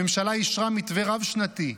הממשלה אישרה מתווה רב-שנתי,